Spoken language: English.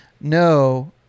No